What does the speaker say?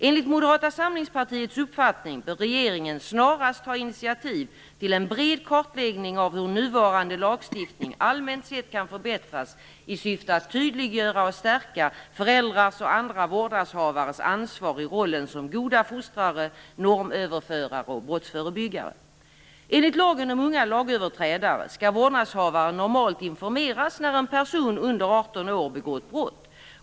Enligt Moderata samlingspartiets uppfattning bör regeringen snarast ta initiativ till en bred kartläggning av hur nuvarande lagstiftning allmänt sett kan förbättras i syfte att tydliggöra och stärka föräldrars och andra vårdnadshavares ansvar i rollen som goda fostrare, normöverförare och brottsförebyggare. Enligt lagen om unga lagöverträdare skall vårdnadshavare normalt informeras när en person under 18 år begår brott.